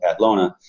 atlona